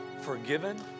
forgiven